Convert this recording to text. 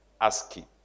asking